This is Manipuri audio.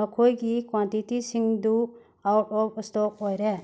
ꯃꯈꯣꯏꯒꯤ ꯀ꯭ꯋꯥꯎꯟꯇꯤꯇꯤꯁꯤꯡꯗꯨ ꯑꯥꯎꯠ ꯑꯣꯐ ꯁ꯭ꯇꯣꯛ ꯑꯣꯏꯔꯦ